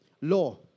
law